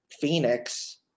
Phoenix